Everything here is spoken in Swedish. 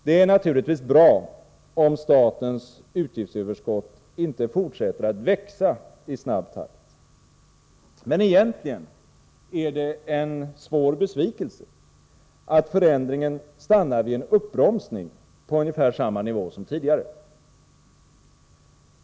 Det är naturligtvis bra om statens utgiftsöverskott inte fortsätter att växa i snabb takt, men egentligen är det en svår besvikelse att förändringen stannar vid en uppbromsning på ungefär samma nivå som tidigare.